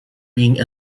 being